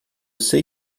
sei